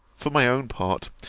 for my own part,